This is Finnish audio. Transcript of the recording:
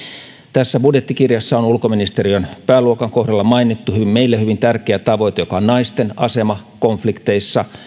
tässä budjettikirjassa on ulkoministeriön pääluokan kohdalla mainittu meille hyvin tärkeä tavoite joka on naisten asema konflikteissa